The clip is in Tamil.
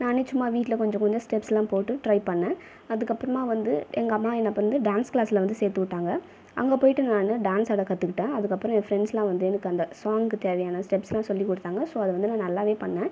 நானே சும்மா வீட்டில் கொஞ்சம் கொஞ்சம் ஸ்டெப்ஸெலாம் போட்டு ட்ரை பண்ணிணேன் அதுக்கப்புறமா வந்து எங்கள் அம்மா எனக்கு வந்து டான்ஸ் கிளாஸில் வந்து சேர்த்து விட்டாங்க அங்கே போயிவிட்டு நான் வந்து டான்ஸ் ஆட கற்றுக்கிட்டேன் அதுக்கப்புறம் என் ஃப்ரெண்ட்ஸெலாம் வந்து எனக்கு அந்த ஸாங்குக்கு தேவையான ஸ்டெப்ஸெலாம் சொல்லி கொடுத்தாங்க ஸோ அது வந்து நான் நல்லாவே பண்ணிணேன்